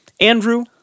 Andrew